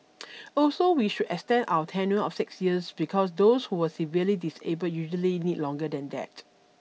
also we should extend our tenure of six years because those who were severely disabled usually need longer than that